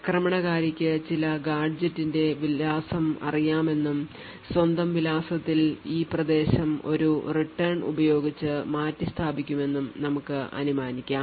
ആക്രമണകാരിക്ക് ചില ഗാഡ്ജെറ്റിന്റെ വിലാസം അറിയാമെന്നും സ്വന്തം വിലാസത്തിൽ ഈ പ്രദേശം ഒരു റിട്ടേൺ ഉപയോഗിച്ച് മാറ്റിസ്ഥാപിക്കുമെന്നും നമുക്ക് അനുമാനിക്കാം